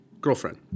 girlfriend